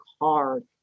hard